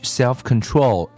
self-control